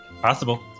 possible